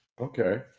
Okay